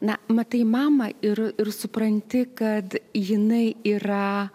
na matai mama ir ir supranti kad jinai yra